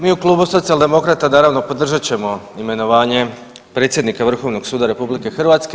Mi u Klubu socijaldemokrata, naravno podržat ćemo imenovanje predsjednika Vrhovnog suda RH.